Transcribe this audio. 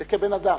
ובן-אדם,